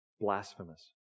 blasphemous